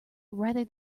rather